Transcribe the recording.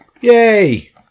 Yay